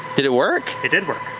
did it work? it did work.